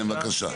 כן בבקשה.